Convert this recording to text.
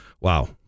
wow